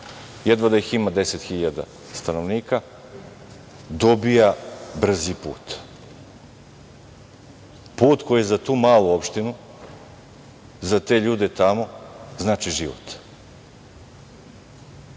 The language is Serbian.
jedva da ima 10.000 stanovnika, dobija brzi put. Put koji je za tu malu opštinu, za te ljude tamo, znači život.